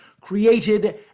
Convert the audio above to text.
created